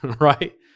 Right